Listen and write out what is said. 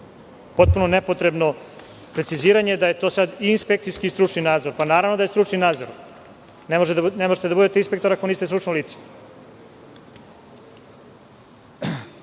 Potpuno nepotrebno preciziranje da je to sada i inspekcijski i stručni nadzor. Naravno da je stručni nadzor. Ne možete da budete inspektor ako niste stručno